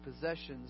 possessions